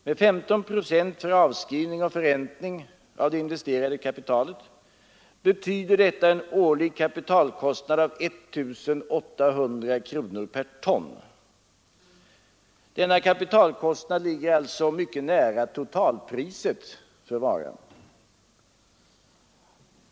Med 15 procent för avskrivning och förräntning av det investerade kapitalet betyder detta en årlig kapitalkostnad av 1 800 kronor per ton. Kapitalkostnaden ligger alltså mycket nära totalpriset för varan.